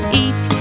eat